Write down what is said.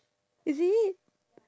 is it